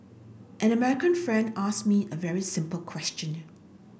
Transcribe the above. an American friend asked me a very simple question